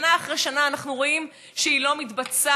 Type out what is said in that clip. שנה אחרי שנה אנחנו רואים שהיא לא מתבצעת.